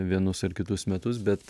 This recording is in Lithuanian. vienus ar kitus metus bet